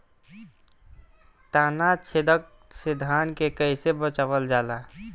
ताना छेदक से धान के कइसे बचावल जाला?